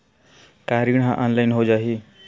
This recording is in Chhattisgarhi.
का ऋण ह ऑनलाइन हो जाही?